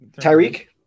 Tyreek